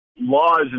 laws